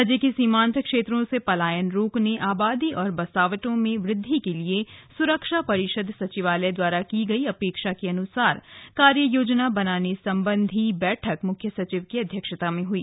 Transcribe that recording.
राज्य के सीमान्त क्षेत्रों से पलायन रोकने आबादी और बसावटों में वृद्धि के लिए सुरक्षा परिषद सचिवालय द्वारा की गई अपेक्षा के अनुसार कार्य योजना बनाने संबंधी बैठक मुख्य सचिव की अध्यक्षता में हई